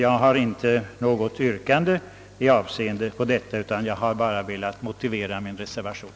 Jag har inte något yrkande utan har bara velat motivera min reservation.